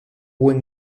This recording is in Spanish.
buen